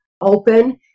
open